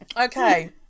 Okay